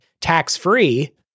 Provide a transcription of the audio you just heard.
tax-free